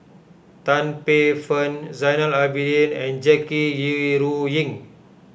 Tan Paey Fern Zainal Abidin and Jackie Yi Ru Wu Ying